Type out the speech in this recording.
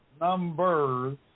Numbers